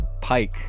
Pike